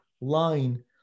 line